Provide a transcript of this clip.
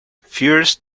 fears